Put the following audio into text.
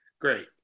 Great